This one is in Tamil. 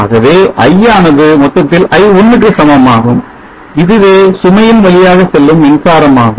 ஆகவே i ஆனது மொத்தத்தில் i1 க்கு சமமாகும் இதுவே சுமையின் வழியாகச் செல்லும் மின்சாரம் ஆகும்